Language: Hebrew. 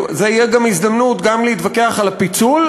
זאת תהיה גם הזדמנות להתווכח על הפיצול,